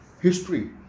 history